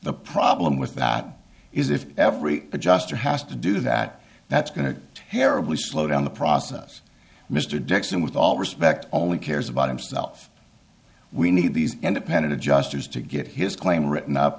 the problem with that is if every adjuster has to do that that's going to terribly slow down the process mr dixon with all respect only cares about himself we need these independent adjusters to get his claim written up